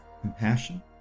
compassion